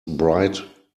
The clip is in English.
bright